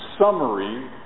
summary